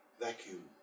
vacuum